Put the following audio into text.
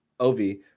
Ovi